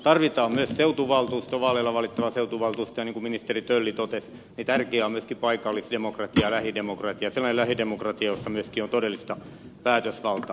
tarvitaan myös vaaleilla valittava seutuvaltuusto ja niin kuin ministeri tölli totesi tärkeää on myös paikallisdemokratia lähidemokratia sellainen lähidemokratia jossa on myöskin todellista päätösvaltaa